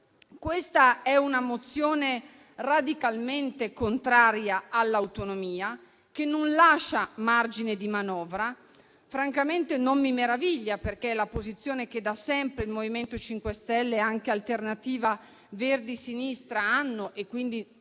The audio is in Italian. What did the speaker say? esame è radicalmente contraria all'autonomia, che non lascia margine di manovra. Francamente non mi meraviglia, perché è la posizione che da sempre il MoVimento 5 Stelle e Alleanza Verdi e Sinistra hanno e trovo